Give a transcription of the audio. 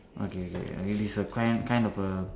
okay K it is a can kind of a